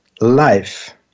life